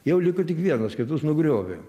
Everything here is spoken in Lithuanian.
jau liko tik vienas kitus nugriovė